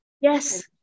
Yes